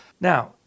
Now